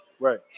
Right